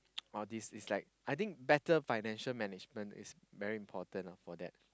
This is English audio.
all this is like I think better financial management is very important for that